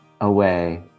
away